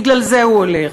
בגלל זה הוא הולך.